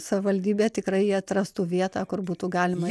savivaldybę tikrai jie atrastų vietą kur būtų galima